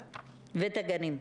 הגנים.